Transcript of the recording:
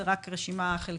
זו רק רשימה חלקית,